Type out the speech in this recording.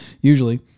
Usually